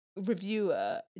Reviewer